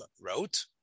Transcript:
wrote